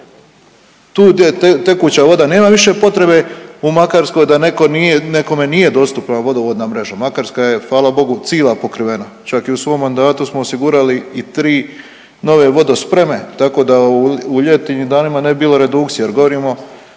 je tekuća voda nema više potrebe u Makarskoj da neko nije, nekome nije dostupna vodovodna mreža, Makarska je fala Bogu cila pokrivena, čak i u svom mandatu smo osigurali i 3 nove vodospreme tako da u ljetnim danima ne bi bilo redukcije jer govorimo